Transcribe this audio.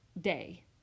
day